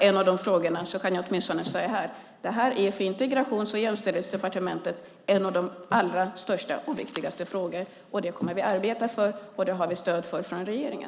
Jag kan åtminstone säga så här: Det här är för Integrations och jämställdhetsdepartementet en av de största och viktigaste frågorna. Det kommer vi att arbeta för, och för det har vi stöd för från regeringen.